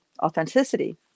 authenticity